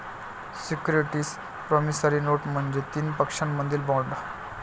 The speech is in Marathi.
सिक्युरिटीज प्रॉमिसरी नोट म्हणजे तीन पक्षांमधील बॉण्ड